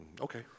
Okay